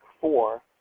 four